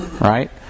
right